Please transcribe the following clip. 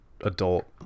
adult